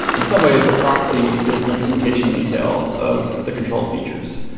in some ways, the proxy is an implementation detail of the control features.